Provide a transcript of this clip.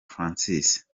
francis